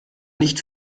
nicht